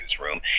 Newsroom